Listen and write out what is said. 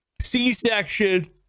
C-section